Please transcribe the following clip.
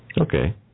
Okay